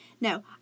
No